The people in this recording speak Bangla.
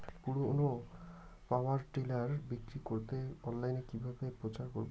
আমার পুরনো পাওয়ার টিলার বিক্রি করাতে অনলাইনে কিভাবে প্রচার করব?